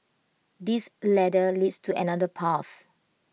this ladder leads to another path